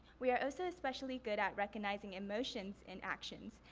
we are also especially good at recognizing emotions in actions,